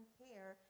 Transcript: care